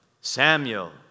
Samuel